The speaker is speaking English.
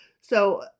so-